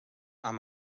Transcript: amb